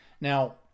Now